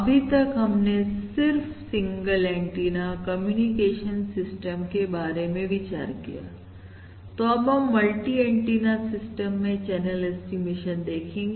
अभी तक हमने सिर्फ सिंगल एंटीना कम्युनिकेशन सिस्टम के बारे में विचार किया तो अब हम मल्टी एंटीना सिस्टम में चैनल ऐस्टीमेशन देखेंगे